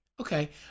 Okay